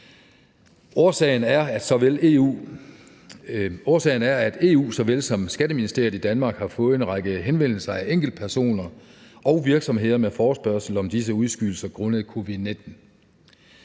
Årsagen er, at EU såvel som Skatteministeriet i Danmark har fået en række henvendelser fra enkeltpersoner og virksomheder med forespørgsel om disse udskydelser grundet covid-19.